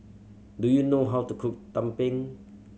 do you know how to cook tumpeng